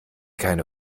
keine